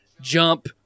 jump